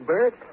Bert